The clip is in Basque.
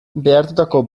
behartutako